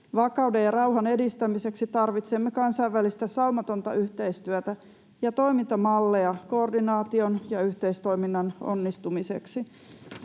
Vakauden ja rauhan edistämiseksi tarvitsemme kansainvälistä saumatonta yhteistyötä ja toimintamalleja koordinaation ja yhteistoiminnan onnistumiseksi.